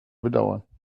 bedauern